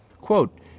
Quote